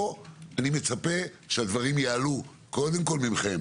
פה אני מצפה שהדברים יעלו קודם כל מכם,